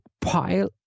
pile